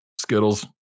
Skittles